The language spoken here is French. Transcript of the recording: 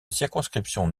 circonscription